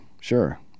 Sure